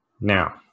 Now